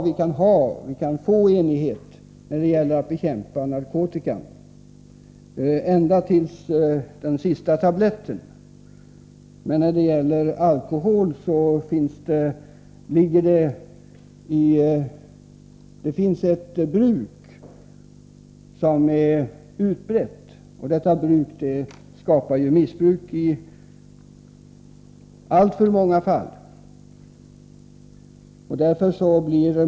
Vi kan få enighet när det gäller att bekämpa narkotika, ända till den sista tabletten. Men när det gäller alkohol finns det ett bruk som är utbrett, och detta bruk skapar i alltför många fall ett missbruk.